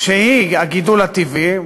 שהיא הגידול הטבעי,